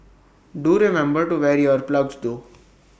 do remember to wear ear plugs though